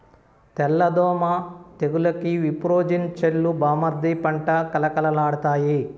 తెల్ల దోమ తెగులుకి విప్రోజిన్ చల్లు బామ్మర్ది పంట కళకళలాడతాయి